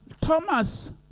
Thomas